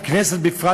הכנסת בפרט,